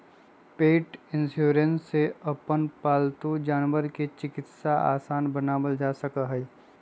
पेट insurance से अपन पालतू जानवर के चिकित्सा आसान बनावल जा सका हई